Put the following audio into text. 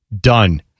Done